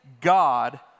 God